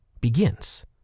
begins